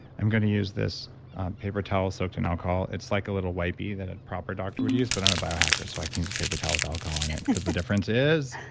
i'm going to use this paper towel soaked in alcohol. it's like a little wipey that a proper doctor would use but i'm a biohacker so i can use a paper towel with alcohol on it, because the difference is,